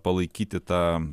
palaikyti tą